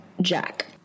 Jack